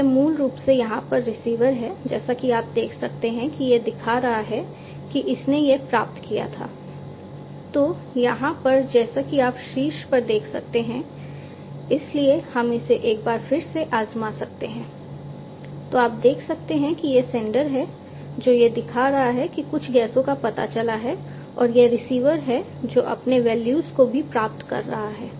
तो यह मूल रूप से यहाँ पर रिसीवर है जो अपने वैल्यूज़ को भी प्राप्त कर रहा है